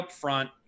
upfront